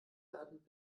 werden